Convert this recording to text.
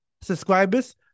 subscribers